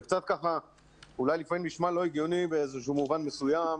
זה קצת אולי לפעמים נשמע לא הגיוני באיזשהו מובן מסוים,